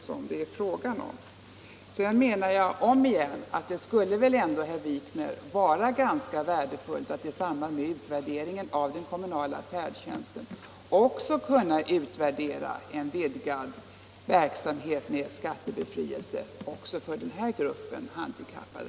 Sedan vill jag om igen säga till herr Wikner att det skulle vara ganska värdefullt att i samband med utvärderingen av den kommunala färdtjänsten också få utvärdera en verksamhet med vidgad rätt till skattebefrielse för den här gruppen handikappade.